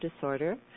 disorder